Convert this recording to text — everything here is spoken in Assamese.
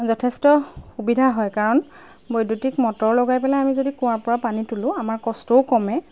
যথেষ্ট সুবিধা হয় কাৰণ বৈদ্যুতিক মটৰ লগাই পেলাই আমি যদি কুঁৱাৰ পৰা পানী তোলো আমাৰ কষ্টও কমে